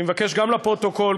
אני מבקש גם לפרוטוקול,